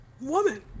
woman